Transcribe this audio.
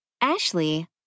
ashley